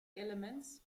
elements